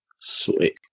Sweet